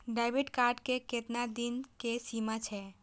Debit card के केतना दिन के सीमा छै?